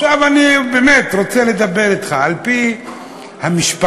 עכשיו, אני באמת רוצה לדבר אתך על-פי המשפט,